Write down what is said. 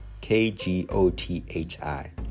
K-G-O-T-H-I